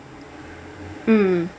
mm